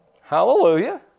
Hallelujah